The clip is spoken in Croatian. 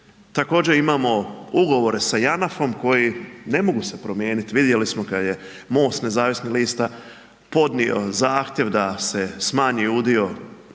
također imamo ugovore sa JANAF-om koji ne mogu se promijeniti vidjeli smo kad je MOST nezavisnih lista podnio zahtjev da se smanji udio